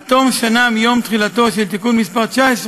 עד תום שנה מיום תחילתו של תיקון מס' 19,